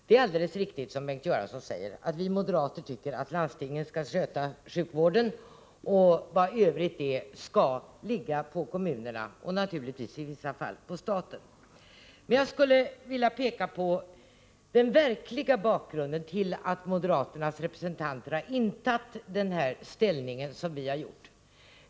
Det är alldeles riktigt som Bengt Göransson säger att vi moderater tycker att landstingen skall sköta sjukvården, och vad övrigt är skall ligga på kommunerna och naturligtvis i vissa fall på staten. Men jag skulle vilja peka på den verkliga bakgrunden till att moderaternas representanter har intagit denna ståndpunkt.